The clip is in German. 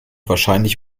wahrscheinlich